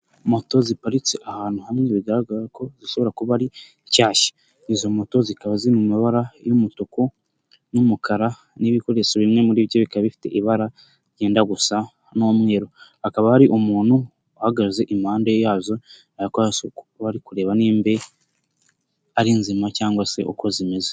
Moto ziparitse ahantu hamwe bigaragara ko zishobora kuba ari nshyashya. Izo moto zikaba ziri mu mabara y'umutuku n'umukara n'ibikoresho bimwe muri byo bikaba bifite ibara ryenda gusa n'umweru. Hakaba ari umuntu uhagaze impande yazo, arakora isuku ari kureba nimbe ari nzima cyangwa se uko zimeze.